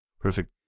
perfect